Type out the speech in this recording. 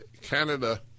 Canada